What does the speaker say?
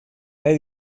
nahi